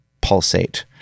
pulsate